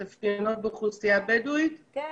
כן.